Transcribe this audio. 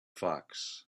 fox